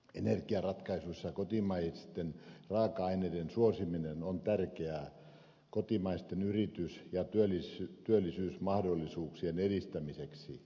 energiaratkaisuissa kotimaisten raaka aineiden suosiminen on tärkeää kotimaisten yritys ja työllisyysmahdollisuuksien edistämiseksi